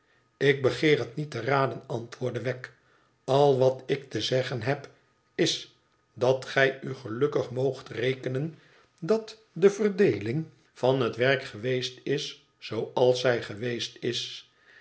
ik begeer het niet te raden antwoordde wegg al wat ik te zeggien heb is dat gij u gelukkig moogt rekenen dat de verdeeling van het werk geweest b zooakzij geweest is